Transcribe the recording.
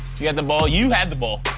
you have the ball. you have the ball.